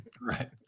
Right